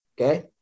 Okay